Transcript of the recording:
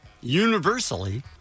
universally